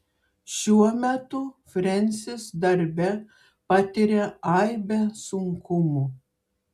šiuo metu frensis darbe patiria aibę sunkumų